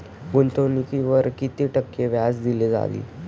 गुंतवणुकीवर किती टक्के व्याज दिले जाईल?